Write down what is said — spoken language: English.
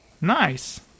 nice